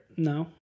No